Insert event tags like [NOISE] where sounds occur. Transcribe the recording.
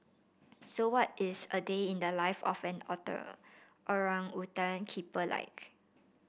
so what is a day in the life of an [UNINTELLIGIBLE] keeper like